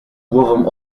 głową